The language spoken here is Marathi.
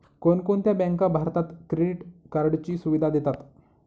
कोणकोणत्या बँका भारतात क्रेडिट कार्डची सुविधा देतात?